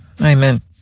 Amen